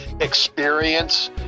experience